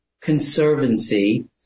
Conservancy